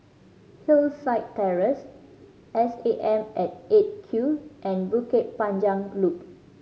Hillside Terrace S A M at Eight Q and Bukit Panjang Loop